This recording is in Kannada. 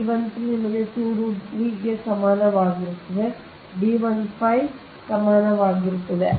ಆದ್ದರಿಂದ ಇದು D 13 ನಿಮ್ಮ 2√3r ಗೆ ಸಮಾನವಾಗಿರುತ್ತದೆ D 15 ಸಮಾನವಾಗಿರುತ್ತದೆ